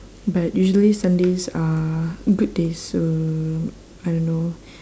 but usually sundays are good days so I don't know